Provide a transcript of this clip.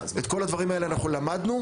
את כל הדברים האלה אנחנו למדנו,